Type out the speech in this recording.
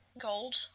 Gold